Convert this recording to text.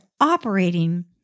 operating